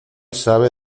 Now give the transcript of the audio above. sabe